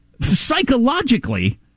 psychologically